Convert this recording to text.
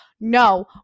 No